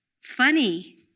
funny